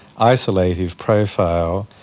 isolative profile,